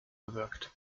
bewirkt